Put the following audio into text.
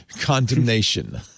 condemnation